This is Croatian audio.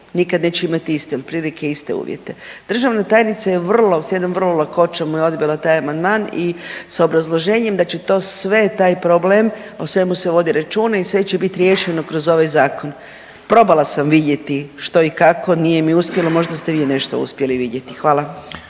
nikad neće imat iste, otprilike iste uvjete. Državna tajnica je vrlo, s jednom vrlo lakoćom mi je odbila taj amandman i s obrazloženjem da će to sve, taj problem o svemu se vodi računa i sve će biti riješeno kroz ovaj zakon. Probala sam vidjeti što i kako, nije mi uspjelo, možda ste vi nešto uspjeli vidjeti. Hvala.